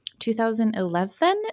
2011